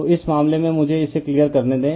तो इस मामले में मुझे इसे क्लियर करने दें